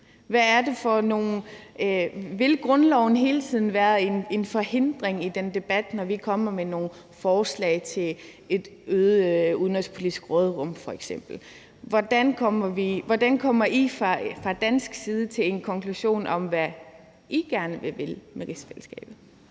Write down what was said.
Vil grundloven hele tiden være en forhindring i den debat, når vi kommer med nogle forslag til f.eks. et øget udenrigspolitisk råderum? Hvordan kommer I fra dansk side til en konklusion om, hvad I gerne vil med rigsfællesskabet?